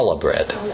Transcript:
bread